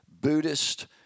Buddhist